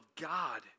God